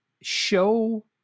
show